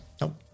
Nope